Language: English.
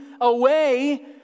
away